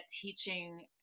teaching